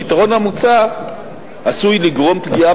הפתרון המוצע עשוי לגרום פגיעה